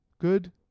good